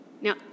Now